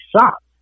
shocked